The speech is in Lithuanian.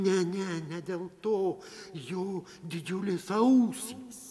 ne ne ne dėl to jo didžiulės ausys